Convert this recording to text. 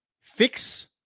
fix